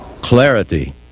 Clarity